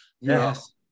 Yes